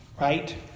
right